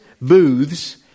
Booths